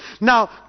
Now